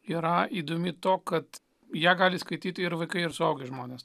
yra įdomi to kad ją gali skaityti ir vaikai ir suaugę žmonės